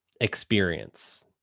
experience